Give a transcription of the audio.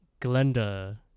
Glenda